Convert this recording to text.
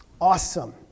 awesome